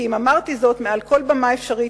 כי אם אמרתי זאת מעל כל במה אפשרית